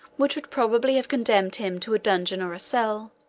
which would probably have condemned him to a dungeon or a cell,